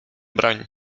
broń